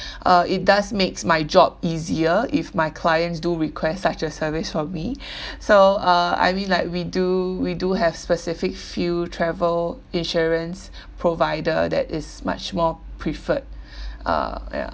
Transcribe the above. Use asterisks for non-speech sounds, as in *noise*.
*breath* uh it does makes my job easier if my clients do request such a service for me *breath* so uh I mean like we do we do have specific few travel insurance *breath* provider that is much more preferred *breath* uh ya